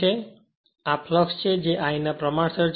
અને આ ફ્લક્ષ છે જે I ના પ્રમાણસર છે